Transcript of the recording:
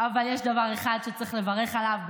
אבל יש דבר אחד שצריך לברך עליו באמת.